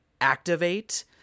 activate